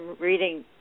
reading